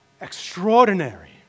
extraordinary